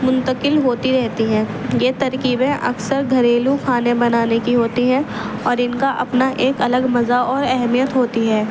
منتقل ہوتی رہتی ہیں یہ ترکیبیں اکثر گھریلو کھانے بنانے کی ہوتی ہیں اور ان کا اپنا ایک الگ مزہ اور اہمیت ہوتی ہے